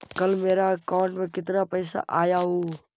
कल मेरा अकाउंटस में कितना पैसा आया ऊ?